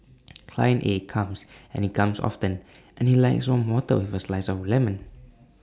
client A comes and he comes often and he likes warm water with A slice of lemon